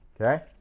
okay